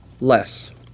less